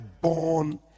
born